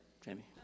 Jamie